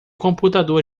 computador